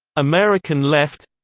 american left